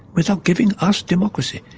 without giving us democracy?